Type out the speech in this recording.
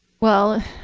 well,